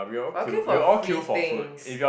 but I will queue for free things